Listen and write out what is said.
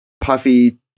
puffy